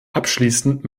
abschließend